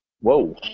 Whoa